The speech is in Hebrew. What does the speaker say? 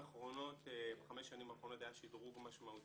בחמש שנים האחרונות היה שדרוג משמעותי